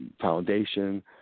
foundation